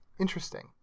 Interesting